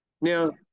Now